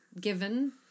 given